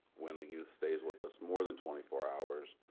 when a youth stays with us more than twenty four hours,